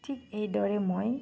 ঠিক এইদৰে মই